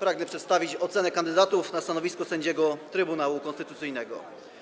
pragnę przedstawić ocenę kandydatów na stanowisko sędziego Trybunału Konstytucyjnego.